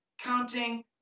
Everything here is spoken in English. counting